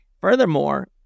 Furthermore